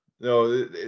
no